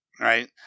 Right